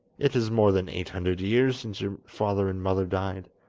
it is more than eight hundred years since your father and mother died!